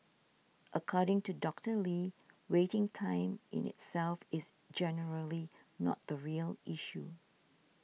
according to Doctor Lee waiting time in itself is generally not the real issue